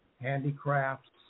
handicrafts